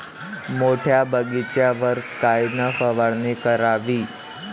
मोठ्या बगीचावर कायन फवारनी करावी?